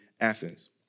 Athens